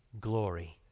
glory